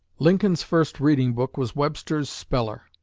lincoln's first reading book was webster's speller.